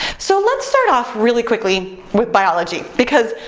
so let's start off really quickly with biology because,